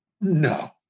no